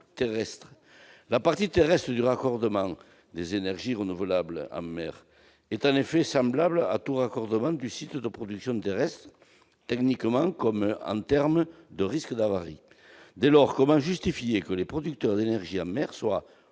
terrestre. La partie terrestre du raccordement pour les énergies renouvelables en mer est en effet semblable à tout raccordement de site de production terrestre, techniquement comme en termes de risques d'avarie. Dès lors, comment justifier que les producteurs d'énergie en mer soient